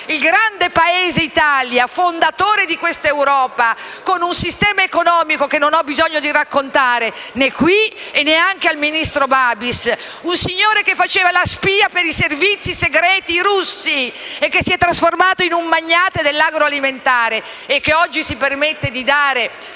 un grande Paese, fondatore di quest'Europa, con un sistema economico che non ho bisogno di raccontare né in questa sede né al ministro Babis, un signore che faceva la spia per i servizi segreti russi, che si è trasformato in un magnate dell'agroalimentare e che oggi si permette di dare